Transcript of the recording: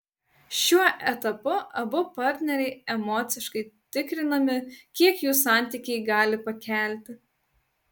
šiuo etapu abu partneriai emociškai tikrinami kiek jų santykiai gali pakelti